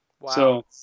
Wow